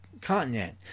continent